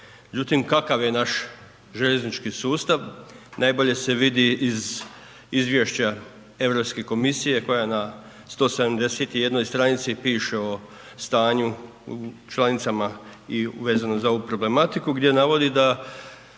Međutim, kakav je naš željeznički sustav, najbolje se vidi iz Izvješća EU komisije koja je na 171 stranici piše o stanju u članicama i vezano za ovu problematiku gdje navodi da